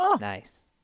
nice